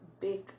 big